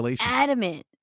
adamant